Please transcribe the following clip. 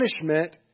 punishment